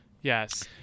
Yes